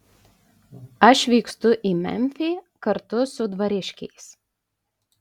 aš vykstu į memfį kartu su dvariškiais